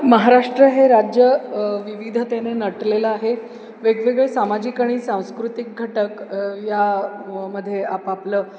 महाराष्ट्र हे राज्य विविध त्याने नटलेलं आहे वेगवेगळे सामाजिक आणि सांस्कृतिक घटक यामध्ये आपापलं